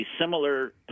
similar